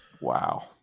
Wow